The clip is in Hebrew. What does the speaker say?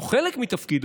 או חלק מתפקידו,